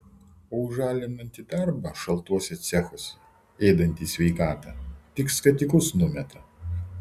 o už alinantį darbą šaltuose cechuose ėdantį sveikatą tik skatikus numeta